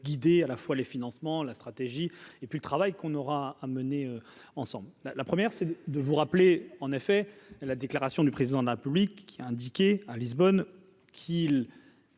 guider à la fois les financements, la stratégie, et puis le travail qu'on aura à mener ensemble la la première, c'est de vous rappeler, en effet, la déclaration du président de la République qui a indiqué à Lisbonne qu'il